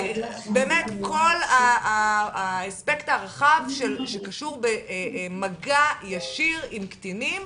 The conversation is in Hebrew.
כל האספקט הרחב שקשור במגע ישיר עם קטינים.